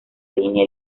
línea